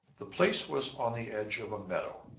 the place was on the edge of a meadow,